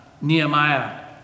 Nehemiah